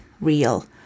real